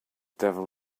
devil